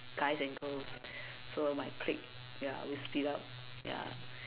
guys and girls so my clique ya we split up ya